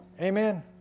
Amen